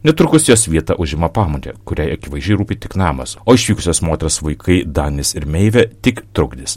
netrukus jos vietą užima pamotė kuriai akivaizdžiai rūpi tik namas o išvykusios moters vaikai danis ir meivė tik trukdis